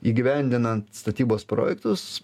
įgyvendinant statybos projektus